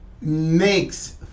makes